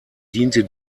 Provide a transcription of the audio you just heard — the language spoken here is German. diente